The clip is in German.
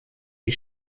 die